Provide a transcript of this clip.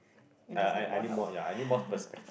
you just need more help